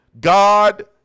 God